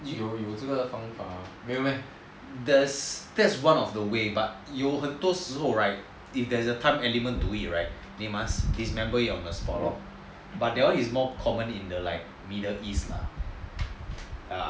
that's one of the way but 有很多时候 right if there is a time element to it right then must disassemble on the spot lor but that one is more common in the middle east lah